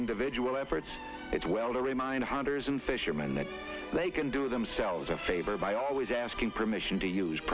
individual efforts it's well to remind hunters and fishermen that they can do themselves a favor by always asking permission to use